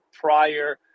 prior